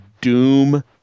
Doom